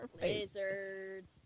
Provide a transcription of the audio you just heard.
lizards